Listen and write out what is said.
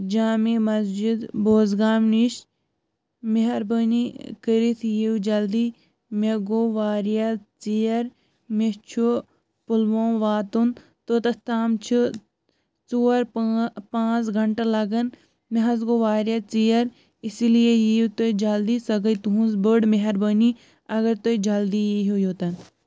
جامع مسجِد بوز گام نِش مہربٲنی کٔرِتھ یِیو جلدی مےٚ گوٚو واریاہ ژیر مےٚ چھُ پُلووم واتُن توٚتَتھ تام چھِ ژور پٲنٛ پانٛژھ گَنٹہٕ لَگان مےٚ حظ گوٚو واریاہ ژیر اسی لیے یِیو تُہۍ جلدی سۄ گٔیے تُہٕنٛز بٔڈ مہربٲنی اگر تُہۍ جلدی ییہو یوٚتَن